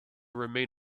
remain